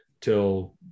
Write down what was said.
till